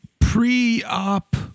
pre-op